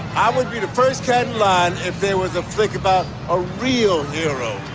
i would be the first headline if there was a think about a real hero.